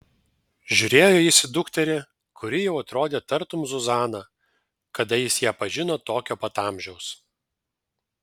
žiūrėjo jis į dukterį kuri jau atrodė tartum zuzana kada jis ją pažino tokio pat amžiaus